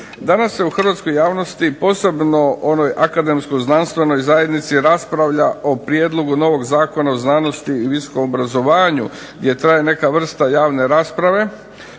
Danas se u hrvatskoj javnosti, posebno onoj akademskoj-znanstvenoj zajednici, raspravlja o prijedlogu novog Zakona o znanosti i visokom obrazovanju jer traje neka vrsta javne rasprave.